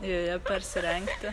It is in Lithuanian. jo jo persirengti